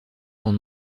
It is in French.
sont